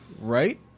right